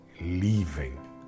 leaving